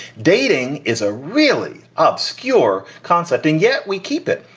dating is a really up skewer concept and yet we keep it.